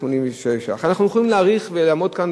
אנחנו יכולים להאריך ולעמוד כאן,